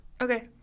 Okay